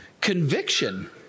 conviction